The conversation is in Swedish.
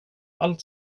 allt